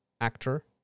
actor